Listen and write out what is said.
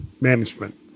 management